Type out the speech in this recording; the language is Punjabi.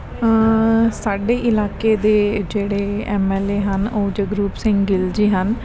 ਸਾਡੇ ਇਲਾਕੇ ਦੇ ਜਿਹੜੇ ਐਮ ਐਲ ਏ ਹਨ ਉਹ ਜਗਰੂਪ ਸਿੰਘ ਗਿੱਲ ਜੀ ਹਨ